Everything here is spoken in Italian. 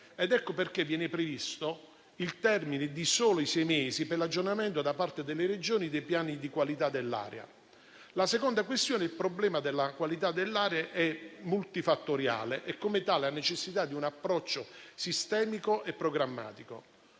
Ecco perché viene previsto il termine di soli sei mesi per l'aggiornamento, da parte delle Regioni, dei piani di qualità dell'aria. La seconda questione riguarda il problema della qualità dell'aria. È un problema multifattoriale e, come tale, necessita di un approccio sistemico e programmatico.